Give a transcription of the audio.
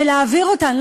ולהעביר אותן,